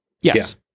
Yes